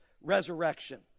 resurrection